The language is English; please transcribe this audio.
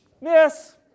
miss